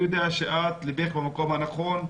כי אני יודע שליבך במקום הנכון.